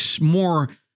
more